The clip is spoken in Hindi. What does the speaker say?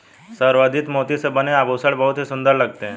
संवर्धित मोती से बने आभूषण बहुत ही सुंदर लगते हैं